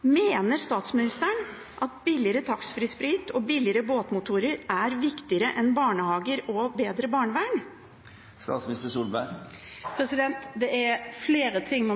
Mener statsministeren at billigere taxfree sprit og billigere båtmotorer er viktigere enn barnehager og bedre barnevern? Man